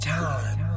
time